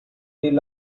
deal